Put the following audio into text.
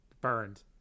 Burned